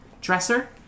dresser